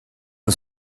and